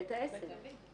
בית העסק.